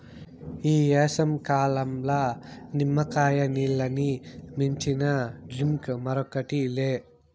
ఈ ఏసంకాలంల నిమ్మకాయ నీల్లని మించిన డ్రింక్ మరోటి లే